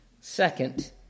Second